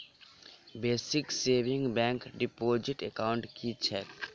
Basic savings bank deposit account की छैक?